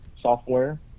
software